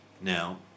Now